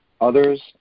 others